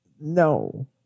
No